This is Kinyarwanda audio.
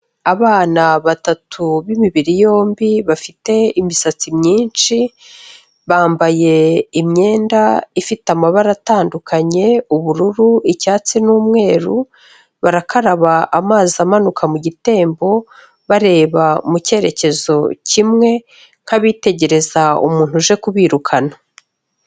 Abana batatu b'imibiri yombi bafite imisatsi myinshi, bambaye imyenda ifite amabara atandukanye: ubururu, icyatsi n'umweru, barakaraba amazi amanuka mu gitembo, bareba mu cyerekezo kimwe, nk'abitegereza umuntu uje kubirukana.